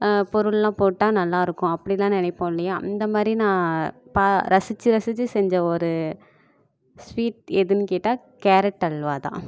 பொருளெலாம் போட்டால் நல்லா இருக்கும் அப்படிலாம் நினைப்போம் இல்லையா இந்த மாதிரி நான் பா ரசித்து ரசித்து செஞ்ச ஒரு ஸ்வீட் எதுன்னு கேட்டால் கேரட் அல்வா தான்